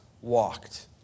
walked